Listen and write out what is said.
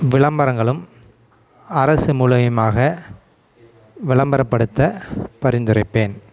விளம்பரங்களும் அரசு மூலியமாக விளம்பரப்படுத்த பரிந்துரைப்பேன்